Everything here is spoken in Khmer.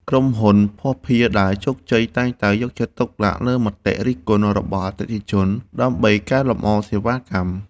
ក្រុមហ៊ុនភស្តុភារដែលជោគជ័យតែងតែយកចិត្តទុកដាក់លើមតិរិះគន់របស់អតិថិជនដើម្បីកែលម្អសេវាកម្ម។